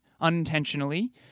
unintentionally